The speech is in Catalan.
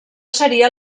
seria